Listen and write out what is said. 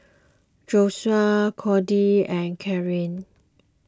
Joshua Codie and Carie